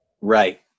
Right